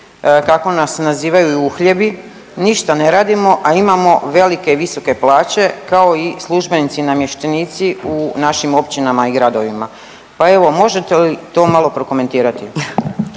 kako nas nazivaju uhljebi ništa ne radimo, a imamo velike, visoke plaće kao i službenici, namještenici u našim općinama i gradovima. Pa evo možete li to malo prokomentirati.